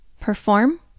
perform